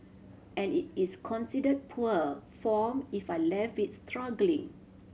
and it is consider poor form if I left it struggling